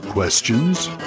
questions